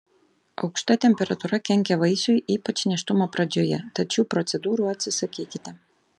aukšta temperatūra kenkia vaisiui ypač nėštumo pradžioje tad šių procedūrų atsisakykite